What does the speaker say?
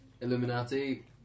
Illuminati